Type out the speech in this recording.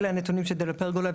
אלה הנתונים של דלה-פרגולה,